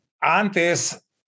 antes